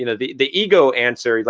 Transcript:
you know the the ego answer. yeah